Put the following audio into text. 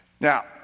Now